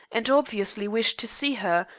and obviously wished to see her,